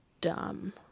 dumb